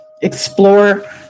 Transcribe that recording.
Explore